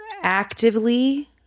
actively